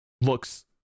looks